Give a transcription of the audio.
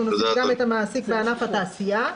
נוסיף את גם מעסיק בענף התעשייה.